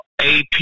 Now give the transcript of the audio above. AP